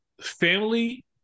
family